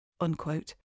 Unquote